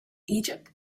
egypt